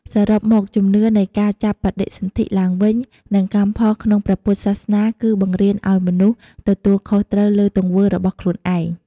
សរុបមក ជំនឿនៃការចាប់បដិសន្ធិឡើងវិញ និងកម្មផលក្នុងព្រះពុទ្ធសាសនា គឺបង្រៀនឲ្យមនុស្សទទួលខុសត្រូវលើទង្វើរបស់ខ្លួនឯង។